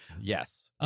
Yes